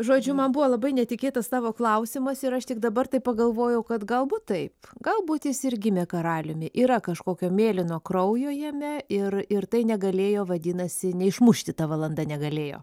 žodžiu man buvo labai netikėtas tavo klausimas ir aš tik dabar taip pagalvojau kad galbūt taip galbūt jis ir gimė karaliumi yra kažkokio mėlyno kraujo jame ir ir tai negalėjo vadinasi neišmušti ta valanda negalėjo